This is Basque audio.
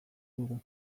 dugu